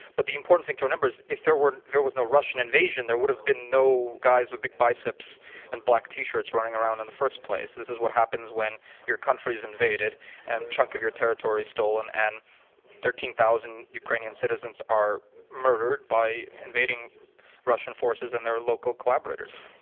but the important thing to remember is if there were there was no russian invasion, there would have been no guys with big biceps and black t-shirts running around in the first place. this is what happens when your country is invaded and a chunk of your territory is stolen, and thirteen thousand ukrainian citizens are murdered by invading russian forces and their local collaborators.